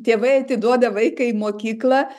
tėvai atiduoda vaiką į mokyklą